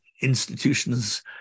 institutions